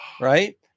Right